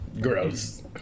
Gross